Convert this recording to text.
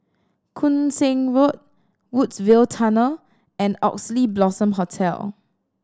Koon Seng Road Woodsville Tunnel and Oxley Blossom Hotel